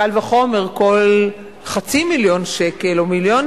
קל וחומר כל חצי מיליון שקל,